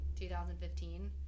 2015